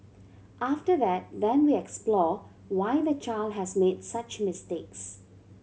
after that then we explore why the child has made such mistakes